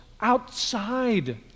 outside